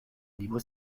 libre